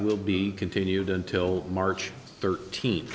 will be continued until march thirteenth